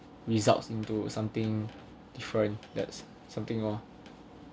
results into something different that's something lor